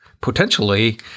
potentially